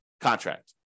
contract